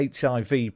HIV